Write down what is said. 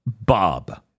Bob